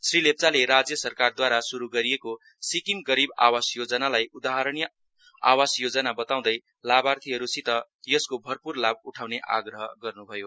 श्री लेप्चाले राज्य सरकारद्वारा शुरू गरिएको सिक्किम गरिब आवास योजनालाई उदाहरणीय आवस योजना बताउँदै लाभार्थीहरूसित यसको भरपूर लाभ उठाउने आग्रह गर्नु भयो